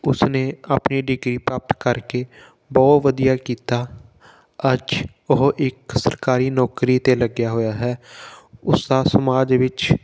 ਉਸ ਨੇ ਆਪਣੀ ਡਿਗਰੀ ਪ੍ਰਾਪਤ ਕਰਕੇ ਬਹੁਤ ਵਧੀਆ ਕੀਤਾ ਅੱਜ ਉਹ ਇੱਕ ਸਰਕਾਰੀ ਨੌਕਰੀ 'ਤੇ ਲੱਗਿਆ ਹੋਇਆ ਹੈ ਉਸ ਦਾ ਸਮਾਜ ਵਿੱਚ